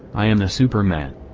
i am the superman.